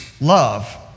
love